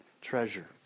treasure